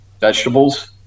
vegetables